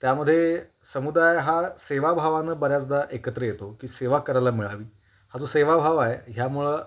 त्यामध्ये समुदाय हा सेवाभावानं बऱ्याचदा एकत्र येतो की सेवा करायला मिळावी हा जो सेवाभाव आहे ह्यामुळं